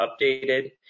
updated